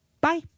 Bye